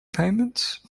payments